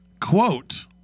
quote